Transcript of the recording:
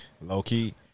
Low-key